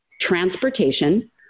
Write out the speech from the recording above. transportation